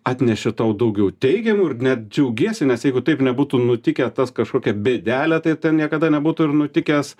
atnešė tau daugiau teigiamų ir net džiaugiesi nes jeigu taip nebūtų nutikę tas kažkokia bėdelė tai ten niekada nebūtų ir nutikęs